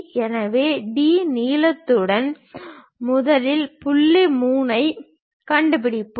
எனவே D நீளத்துடன் முதலில் புள்ளி 3 ஐக் கண்டுபிடிப்போம்